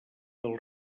del